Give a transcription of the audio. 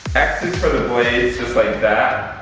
x's for the blades just like that.